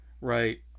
Right